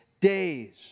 days